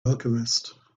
alchemist